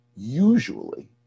usually